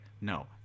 No